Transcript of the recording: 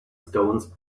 stones